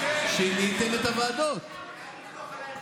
לא ספרתם אותנו ממטר.